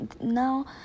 now